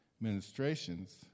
ministrations